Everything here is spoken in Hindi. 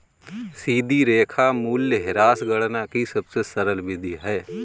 सीधी रेखा मूल्यह्रास गणना की सबसे सरल विधि है